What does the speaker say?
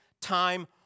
time